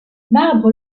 marbre